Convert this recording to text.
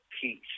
peace